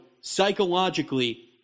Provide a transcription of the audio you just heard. psychologically